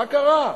מה קרה?